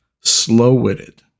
slow-witted